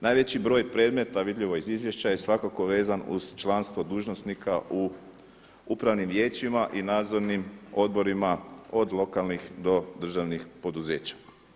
Najveći broj predmeta, vidljivo je iz izvješća je svakako vezan uz članstvo dužnosnika u upravnim vijećima i nadzornim odborima od lokalnih do državnih poduzeća.